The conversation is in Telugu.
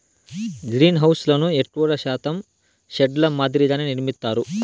గ్రీన్హౌస్లను ఎక్కువ శాతం షెడ్ ల మాదిరిగానే నిర్మిత్తారు